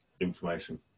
information